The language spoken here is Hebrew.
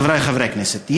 חברי חברי הכנסת,